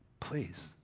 Please